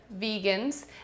vegans